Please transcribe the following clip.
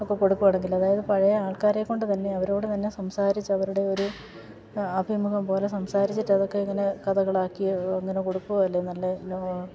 ഒക്കെ കൊടുക്കുകയാണെങ്കിൽ അതായത് പഴയ ആൾക്കാരെക്കൊണ്ട് തന്നെ അവരോടു തന്നെ സംസാരിച്ച് അവരുടെ ഒരു അഭിമുഖം പോലെ സംസാരിച്ചിട്ട് അതൊക്കെ ഇങ്ങനെ കഥകളാക്കി അങ്ങനെ കൊടുക്കില്ലേ